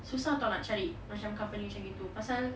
susah [tau] macam nak cari company macam gitu pasal